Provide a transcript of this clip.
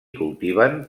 cultiven